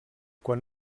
quan